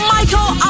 Michael